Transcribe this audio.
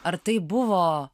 ar tai buvo